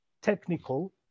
technical